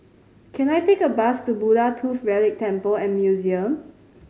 can I take a bus to Buddha Tooth Relic Temple and Museum